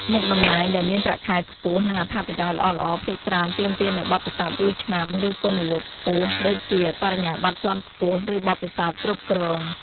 មុខតំណែងដែលមានប្រាក់ខែខ្ពស់ និងអត្ថប្រយោជន៍ល្អៗភាគច្រើនទាមទារនូវបទពិសោធន៍យូរឆ្នាំ ឬគុណវុឌ្ឍិខ្ពស់ ដូចជាបរិញ្ញាបត្រជាន់ខ្ពស់ ឬបទពិសោធន៍គ្រប់គ្រង។